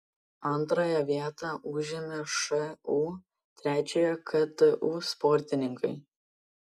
antrąją vietą užėmė šu trečiąją ktu sportininkai